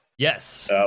Yes